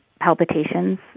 palpitations